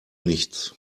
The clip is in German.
nichts